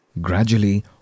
Gradually